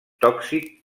tòxic